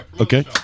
okay